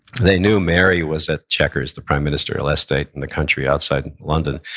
they knew mary was at chequers, the prime ministerial estate in the country outside london.